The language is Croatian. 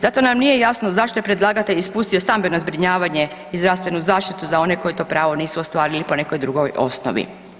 Zato nam nije jasno zašto je predlagatelj ispustio stambeno zbrinjavanje i zdravstvenu zaštitu za one koji to pravo nisu ostvarili po nekoj drugoj osnovi.